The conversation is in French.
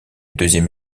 deuxième